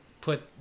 put